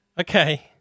Okay